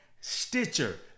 Stitcher